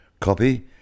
copy